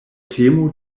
temo